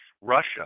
russia